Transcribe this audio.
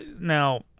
Now